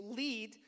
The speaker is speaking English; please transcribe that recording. lead